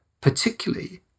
particularly